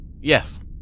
Yes